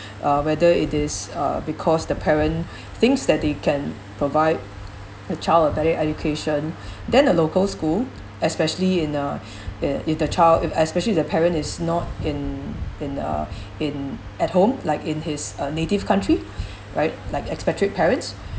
uh whether it is uh because the parent thinks that he can provide a child a better education than a local school especially in a i~ if their child if especially the parent is not in in uh in at home like in his uh native country right like expatriate parents